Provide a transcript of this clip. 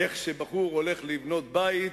איך כשבחור הולך לבנות בית